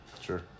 Sure